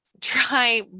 try